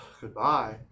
Goodbye